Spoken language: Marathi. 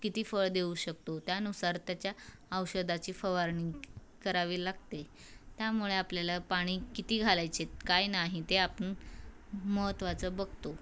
किती फळ देऊ शकतो त्यानुसार त्याच्या औषधाची फवारणी करावे लागते त्यामुळे आपल्याला पाणी किती घालायचे काय नाही ते आपण महत्त्वाचं बगतो